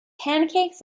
pancakes